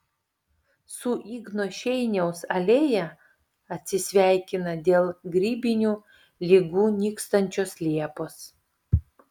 su igno šeiniaus alėja atsisveikina dėl grybinių ligų nykstančios liepos